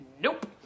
Nope